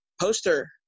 poster